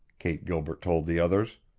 kate gilbert told the others.